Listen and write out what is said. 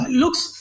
looks